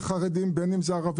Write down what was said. בין אם זה חרדים,